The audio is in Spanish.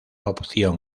opción